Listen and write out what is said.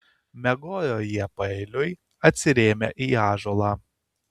miegojo jie paeiliui atsirėmę į ąžuolą